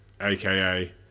aka